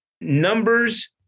Numbers